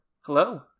Hello